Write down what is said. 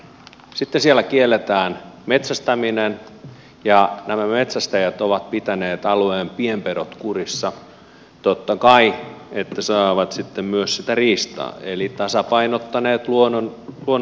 sitten siellä kielletään metsästäminen ja nämä metsästäjät ovat pitäneet alueen pienpedot kurissa totta kai että saavat sitten myös sitä riistaa eli he ovat tasapainottaneet luonnon olosuhteita